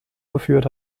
geführt